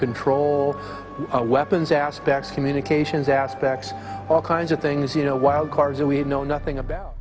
control weapons aspects communications aspects all kinds of things you know wild cards and we know nothing about